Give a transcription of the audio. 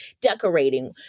decorating